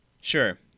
Sure